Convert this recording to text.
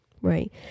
right